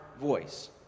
voice